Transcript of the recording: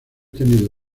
tenido